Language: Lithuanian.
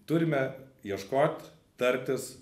turime ieškot tartis